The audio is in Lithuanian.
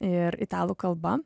ir italų kalba